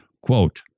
Quote